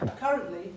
currently